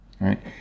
right